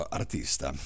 artista